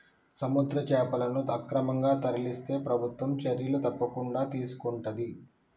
సముద్ర చేపలను అక్రమంగా తరలిస్తే ప్రభుత్వం చర్యలు తప్పకుండా తీసుకొంటది